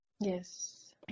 Yes